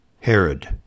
Herod